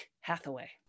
Hathaway